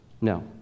No